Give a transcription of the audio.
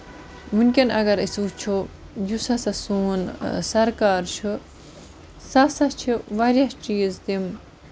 ؤنکیٚن اَگر أسۍ وُچھو یُس ہسا سوٚن سرکار چھُ سُہ ہَسا چھُ واریاہ چیٖز تِم